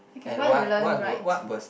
I can go and learn right